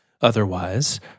otherwise